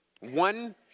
One